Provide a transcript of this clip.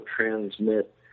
transmit